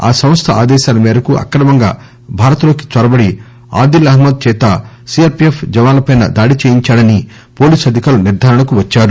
ఆ సంస్థ ఆదేశాల మేరకు అక్రమంగా భారత్ లోకి చొరబడి ఆదిల్ అహ్మద్ చేత సీఆర్పిఎఫ్ జవాన్ల పై దాడి చేయించాడని పోలీసు అధికారులు నిర్దారణకు వచ్చారు